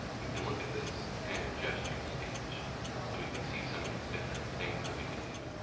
we can look at this standard gestures page so we can see some of these different things that we can do.